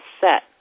set